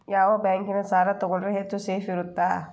ಯಾವ ಬ್ಯಾಂಕಿನ ಸಾಲ ತಗೊಂಡ್ರೆ ಹೆಚ್ಚು ಸೇಫ್ ಇರುತ್ತಾ?